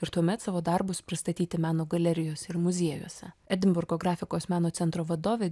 ir tuomet savo darbus pristatyti meno galerijose ir muziejuose edinburgo grafikos meno centro vadovė